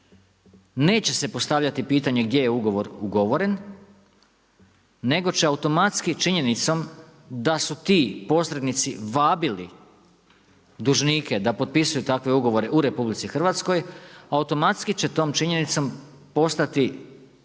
neće se postavljati pitanje, gdje je ugovor ugovoren, nego će automatski činjenicom da su ti posrednici vabili dužnike da potpisuju takve ugovore u RH, automatski će tom činjenicom postati jasno,